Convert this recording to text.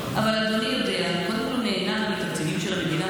אדוני יודע שקודם כול הוא נהנה מתקציבים של המדינה,